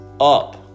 up